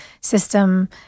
system